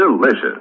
delicious